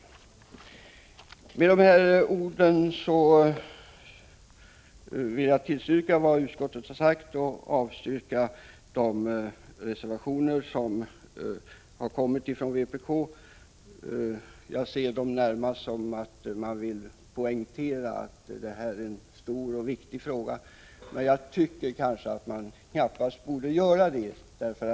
Med dessa ord vill jag tillstyrka utskottets hemställan och avstyrka vpk:s motioner. Jag antar att vpk närmast vill poängtera att detta är en stor och viktig fråga, men jag tycker att det knappast är nödvändigt av vpk.